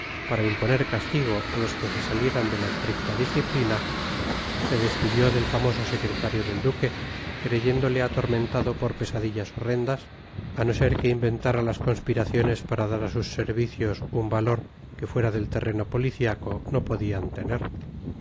para imponer castigo a los que se salieran de la estricta disciplina se despidió del famoso secretario del duque creyéndole atormentado por pesadillas horrendas a no ser que inventara las conspiraciones para dar a sus servicios un valor que fuera del terreno policiaco no podían tener